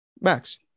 Max